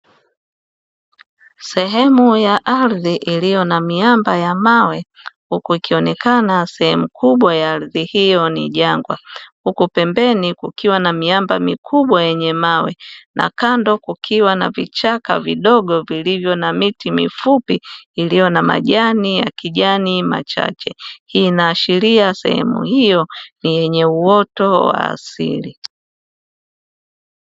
Sehemu ya ardhi iliyo na miamba ya mawe huku ikionekana sehemu kubwa ya ardhi hiyo ni jangwa huku pembeni kukiwa na miamba mikubwa yenye na kando kukiwa na vichaka vidogo vilivyo na miti mifupi iliyo na majani ya kijani machache, hii ina ashiria sehemu hiyo ni yenye uoto wa asili.